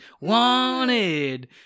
wanted